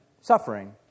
suffering